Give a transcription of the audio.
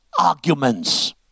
arguments